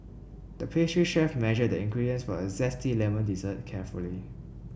the pastry chef measured the ingredients for a zesty lemon dessert carefully